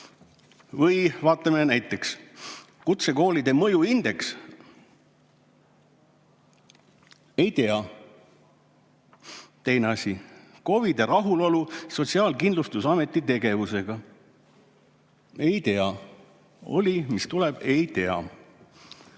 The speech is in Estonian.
Või vaatame näiteks kutsekoolide mõjuindeksit – "ei tea". Teine asi, KOV-ide rahulolu Sotsiaalkindlustusameti tegevusega – "ei tea" oli, mis tuleb, "ei tea".